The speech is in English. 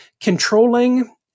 controlling